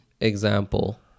example